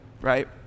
right